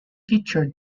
featured